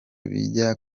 bijya